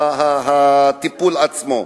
הטיפול עצמו.